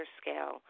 scale